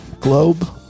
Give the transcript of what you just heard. globe